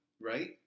right